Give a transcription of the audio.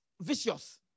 vicious